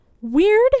Weird